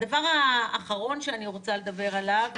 הדבר האחרון שאני רוצה לדבר עליו,